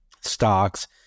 stocks